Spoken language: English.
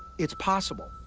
it's possible.